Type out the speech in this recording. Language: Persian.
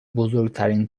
بزرگترین